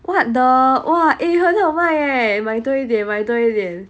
what the !wah! eh 很好卖 eh 买多一点买多一点